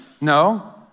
No